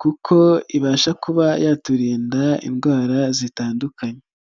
kuko ibasha kuba yaturinda indwara zitandukanye.